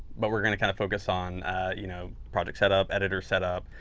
but we're going to kind of focus on you know project setup, editor setup,